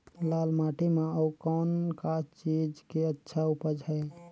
लाल माटी म अउ कौन का चीज के अच्छा उपज है?